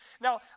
Now